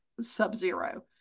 sub-zero